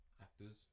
actors